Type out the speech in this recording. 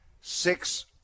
six